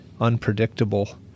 unpredictable